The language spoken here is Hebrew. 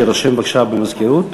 שיירשם בבקשה במזכירות.